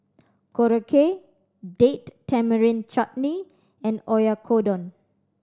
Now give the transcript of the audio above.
Korokke Date Tamarind Chutney and Oyakodon